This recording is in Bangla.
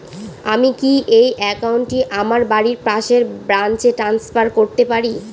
আমি কি এই একাউন্ট টি আমার বাড়ির পাশের ব্রাঞ্চে ট্রান্সফার করতে পারি?